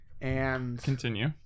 Continue